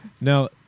No